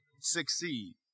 succeed